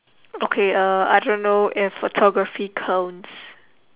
okay uh I don't know if photography counts